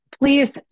please